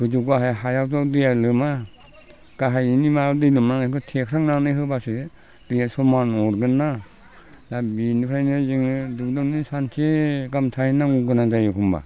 गोजौ गाहाय हायावब्ला दैया लोमा गाहायनि माबा दै लोमलांनायफ्रा थेखांनानै होबासो दैया समान अरगोनना दा बेनिखायनो जोङो दुब्लियावनो सानसे गाहाम थाहैनांगौ गोनां जायो एखमबा